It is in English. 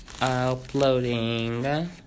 uploading